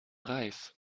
reif